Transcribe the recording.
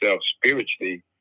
spiritually